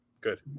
good